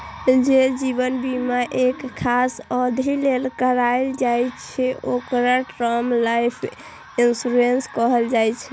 जे जीवन बीमा एक खास अवधि लेल कराएल जाइ छै, ओकरा टर्म लाइफ इंश्योरेंस कहल जाइ छै